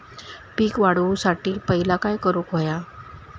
पीक वाढवुसाठी पहिला काय करूक हव्या?